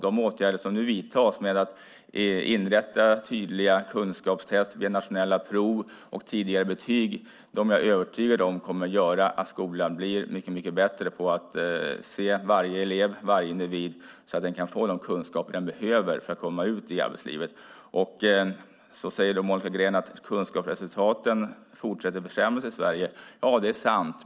De åtgärder som nu vidtas genom inrättandet av tydliga kunskapstest via nationella prov och tidigare betyg är jag övertygad om kommer att göra att skolan blir mycket bättre på att se varje elev, varje individ, så att man kan få de kunskaper man behöver för att komma ut i arbetslivet. Monica Green säger att kunskapsresultaten fortsätter att försämras i Sverige. Ja, det är sant.